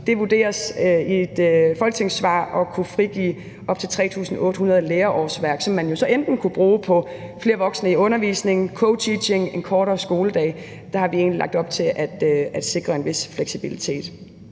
det vurderes i et folketingssvar at kunne frigive op til 3.800 lærerårsværk, som man så enten kunne bruge på flere voksne i undervisningen, co-teaching, en kortere skoledag, og der har vi egentlig lagt op til at sikre en vis fleksibilitet.